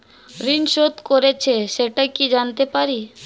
ঋণ শোধ করেছে সেটা কি জানতে পারি?